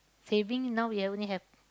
saving now we only have